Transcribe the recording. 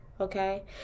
Okay